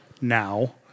Now